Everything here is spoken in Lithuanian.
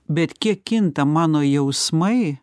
bet kiek kinta mano jausmai